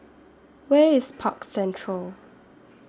Where IS Park Central